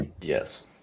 Yes